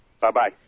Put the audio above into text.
Bye-bye